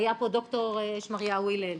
היה פה ד"ר שמריהו הלל,